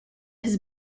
his